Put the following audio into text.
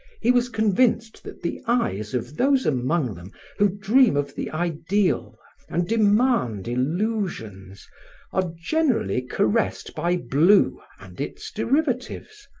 he was convinced that the eyes of those among them who dream of the ideal and demand illusions are generally caressed by blue and its derivatives,